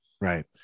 Right